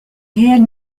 réels